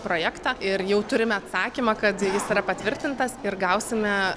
projektą ir jau turim atsakymą kad jis yra patvirtintas ir gausime